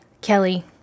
Kelly